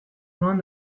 nuen